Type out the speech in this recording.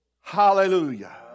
Hallelujah